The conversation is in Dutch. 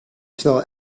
snel